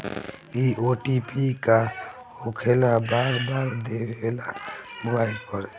इ ओ.टी.पी का होकेला बार बार देवेला मोबाइल पर?